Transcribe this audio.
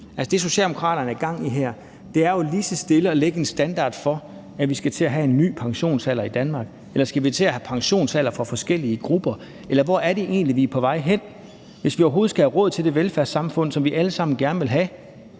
Det, Socialdemokraterne har gang i her, er jo lige så stille at lægge en standard for en ny pensionsalder i Danmark – eller skal vi til at have forskellige pensionsaldre for forskellige grupper, eller hvor er det egentlig, vi er på vej hen? Hvis vi overhovedet skal have råd til det velfærdssamfund, som vi alle sammen gerne vil have,